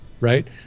right